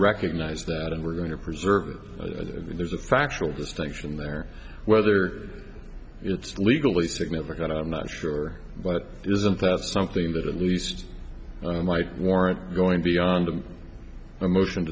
recognize that and we're going to preserve there's a factual distinction there whether it's legally significant i'm not sure but isn't that something that at least might warrant going beyond the emotion